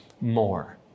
more